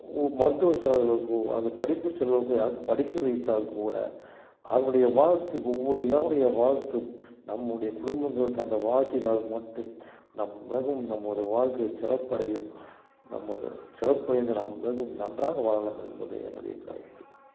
மருத்துவ செலவுகளுக்கோ அல்லது படிப்பு செலவுக்கோ யாருக்கு படிக்க வைத்தால் கூட அவருடைய வாழ்த்து ஒவ்வொரு ஏழையினுடைய வாழ்த்தும் நம்முடைய குடும்பங்களுக்கு அந்த வாழ்த்தினால் மட்டும் நம் மிகவும் நமது வாழ்க்கை சிறப்படையும் நமக்கு சிறப்படைந்து நாம் மிகவும் நன்றாக வாழலாம் என்பது என்னுடைய கருத்து